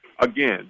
again